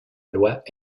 loi